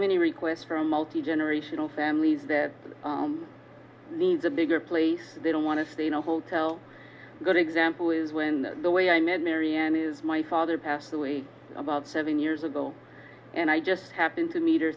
many requests for a multi generational families that needs a bigger place they don't want to stay in a hotel good example is when the way i met mariane is my father passed away about seven years ago and i just happened to meet her